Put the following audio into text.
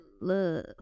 love